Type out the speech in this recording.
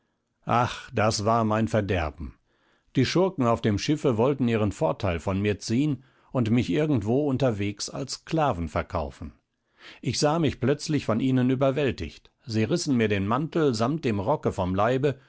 ach das war mein verderben die schurken auf dem schiffe wollten ihren vorteil von mir ziehen und mich irgendwo unterwegs als sklaven verkaufen ich sah mich plötzlich von ihnen überwältigt sie rissen mir den mantel samt dem rocke vom leibe